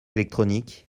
électronique